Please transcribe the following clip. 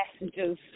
messages